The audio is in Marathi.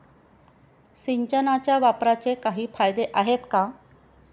सिंचनाच्या वापराचे काही फायदे आहेत का?